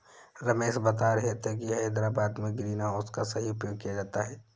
रमेश बता रहे थे कि हैदराबाद में ग्रीन हाउस का सही उपयोग किया जाता है